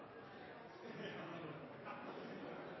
det kan